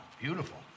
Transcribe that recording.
Beautiful